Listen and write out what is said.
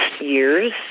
years